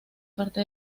parte